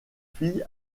fille